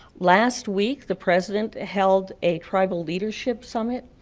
last week, the president held a tribal leadership summit,